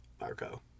Marco